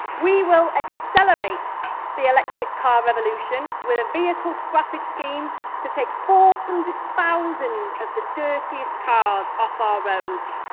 we will accelerate the electric car revolution with a vehicle scrappage scheme to take four hundred thousand of the dirtiest cars off our roads.